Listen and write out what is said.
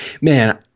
man